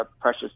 precious